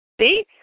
See